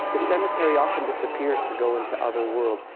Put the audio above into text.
the cemetery often disappears to go into other worlds.